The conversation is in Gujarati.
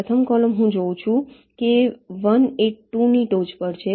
પ્રથમ કૉલમ હું જોઉં છું કે 1 એ 2 ની ટોચ પર છે